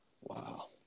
Wow